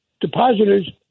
depositors